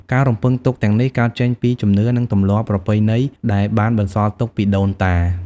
ការរំពឹងទុកទាំងនេះកើតចេញពីជំនឿ និងទម្លាប់ប្រពៃណីដែលបានបន្សល់ទុកពីដូនតា។